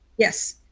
yes.